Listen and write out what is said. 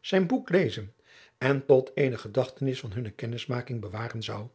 zijn boek lezen en tot eene gedachtenis van hunne kennismaking bewaren zou